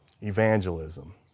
evangelism